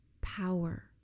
power